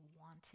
wanted